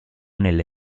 nelle